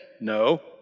No